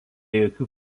jokių